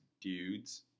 dudes